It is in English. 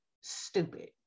Stupid